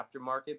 aftermarket